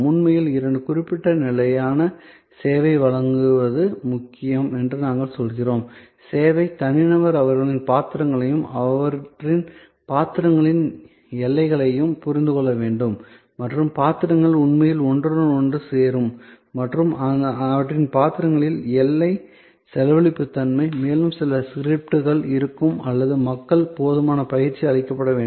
உண்மையில் இரண்டு குறிப்பிட்ட நிலையான சேவையை வழங்குவது முக்கியம் என்று நாங்கள் சொல்கிறோம் சேவை தனிநபர் அவர்களின் பாத்திரங்களையும் அவற்றின் பாத்திரங்களின் எல்லைகளையும் புரிந்து கொள்ள வேண்டும் மற்றும் பாத்திரங்கள் உண்மையில் ஒன்றுடன் ஒன்று சேரும் மற்றும் அவற்றின் பாத்திரங்களின் எல்லை செலவழிப்பு தன்மை மேலும் சில ஸ்கிரிப்டுகள் இருக்கும் மற்றும் மக்களுக்கு போதுமான பயிற்சி அளிக்கப்பட வேண்டும்